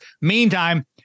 Meantime